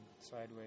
sideways